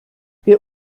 wer